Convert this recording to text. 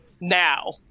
now